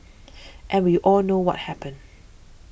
and we all know what happened